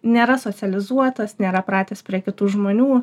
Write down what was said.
nėra socializuotas nėra pratęs prie kitų žmonių